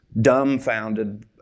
dumbfounded